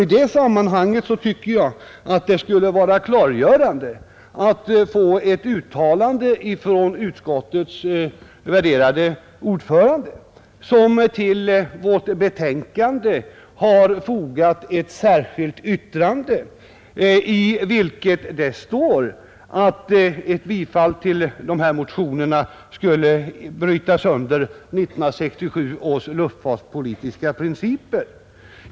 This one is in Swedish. I detta sammanhang tycker jag att det skulle vara klargörande att få ett uttalande från utskottets värderade ordförande, som till vårt betänkande har fogat ett särskilt yttrande, i vilket det står att ett bifall till dessa motioner skulle bryta sönder 1967 års luftfartspolitiska principer.